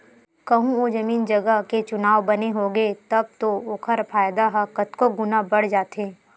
कहूँ ओ जमीन जगा के चुनाव बने होगे तब तो ओखर फायदा ह कतको गुना बड़ जाथे